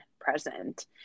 present